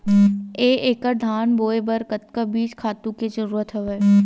एक एकड़ धान बोय बर कतका बीज खातु के जरूरत हवय?